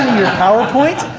powerpoint?